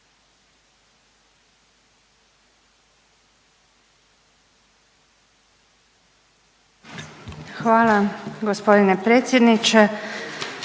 Hvala gospodine predsjedniče.